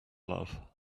love